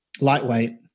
lightweight